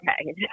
okay